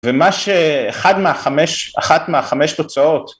ומה שאחד מהחמש, אחת מהחמש תוצאות